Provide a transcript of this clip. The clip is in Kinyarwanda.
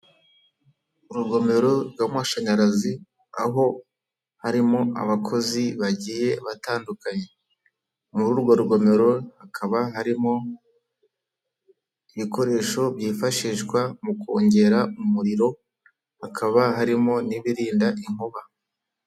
Urugomero rw'amashanyarazi aho harimo abakozi bagiye batandukanye, muri urwo rugomero hakaba harimo ibikoresho byifashishwa mu kongera umuriro hakaba harimo n'ibirinda inkuba.